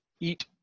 eat